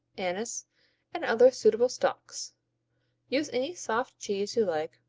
anise and other suitable stalks use any soft cheese you like,